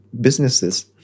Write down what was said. businesses